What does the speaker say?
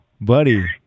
Buddy